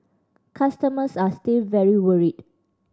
customers are still very worried